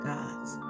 God's